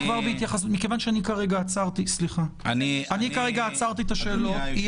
עצרתי את השאלות.